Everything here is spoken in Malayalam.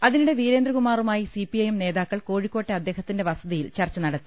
അതിനിടെ വീരേന്ദ്രകുമാറുമായി സിപിഐഎം നേതാക്കൾ കോഴിക്കോട്ടെ അദ്ദേഹത്തിന്റെ വസതിയിൽ ചർച്ച നടത്തി